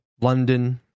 London